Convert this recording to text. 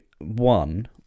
one